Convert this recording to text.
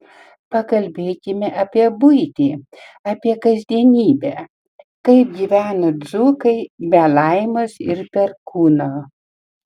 pakalbėkime apie buitį apie kasdienybę kaip gyveno dzūkai be laimos ir perkūno